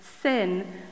sin